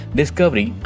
discovery